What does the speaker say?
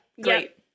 Great